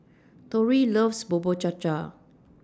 Torry loves Bubur Cha Cha